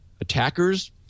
attackers